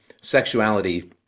sexuality